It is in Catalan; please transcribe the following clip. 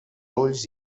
ulls